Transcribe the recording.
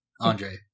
Andre